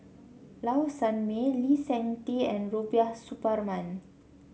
Low Sanmay Lee Seng Tee and Rubiah Suparman